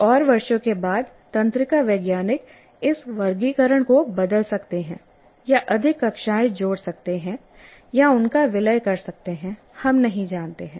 कुछ और वर्षों के बाद तंत्रिका वैज्ञानिक इस वर्गीकरण को बदल सकते हैं या अधिक कक्षाएं जोड़ सकते हैं या उनका विलय कर सकते हैं हम नहीं जानते हैं